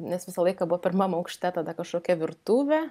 nes visą laiką buvo pirmam aukšte tada kažkokia virtuvė